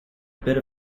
bit